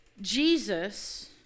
Jesus